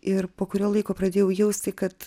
ir po kurio laiko pradėjau jausti kad